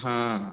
ହଁ